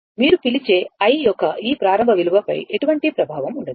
మీరు పిలిచే i యొక్క ఈ ప్రారంభ విలువ పై ఎటువంటి ప్రభావం ఉండదు